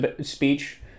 speech